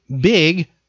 big